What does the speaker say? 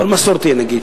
אבל מסורתי נגיד,